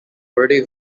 verde